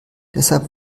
deshalb